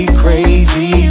crazy